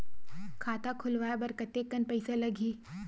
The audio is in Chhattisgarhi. खाता खुलवाय बर कतेकन पईसा लगही?